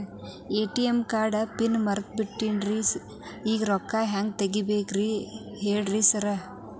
ATM ಕಾರ್ಡಿಂದು PIN number ಮರ್ತ್ ಬಿಟ್ಟಿದೇನಿ ಈಗ ರೊಕ್ಕಾ ಹೆಂಗ್ ತೆಗೆಬೇಕು ಹೇಳ್ರಿ ಸಾರ್